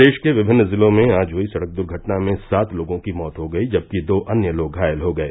प्रदेश के विभिन्न जिलों में आज हुयी सड़क दुर्घटना में सात लोगों की मौत हो गयी जबकि दो अन्य लोग घायल हो गये